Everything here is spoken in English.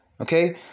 Okay